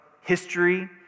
history